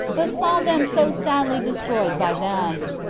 but saw them so sadly destroyed by them.